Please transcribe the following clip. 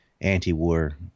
anti-war